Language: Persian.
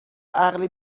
عقلی